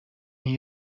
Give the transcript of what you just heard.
این